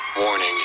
warning